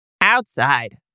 Outside